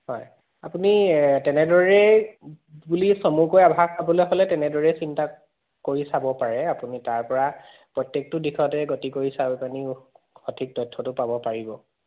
হয় আপুনি তেনেদৰেই বুলি চমুকৈ আভাস পাবলৈ হ'লে তেনেদৰেই চিন্তা কৰি চাব পাৰে আপুনি তাৰ পৰা প্ৰত্যেকটো দিশতে গতি কৰি চাই পিনি সঠিক তথ্যটো পাব পাৰিব